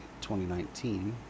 2019